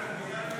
כן, להלן